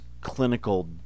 clinical